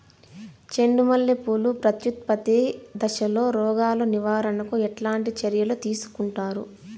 చెండు మల్లె పూలు ప్రత్యుత్పత్తి దశలో రోగాలు నివారణకు ఎట్లాంటి చర్యలు తీసుకుంటారు?